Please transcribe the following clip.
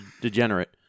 degenerate